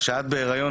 "כשאת בהיריון,